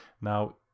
now